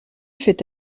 fait